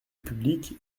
public